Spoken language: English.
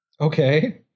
okay